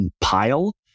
pile